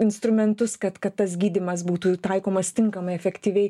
instrumentus kad kad tas gydymas būtų taikomas tinkamai efektyviai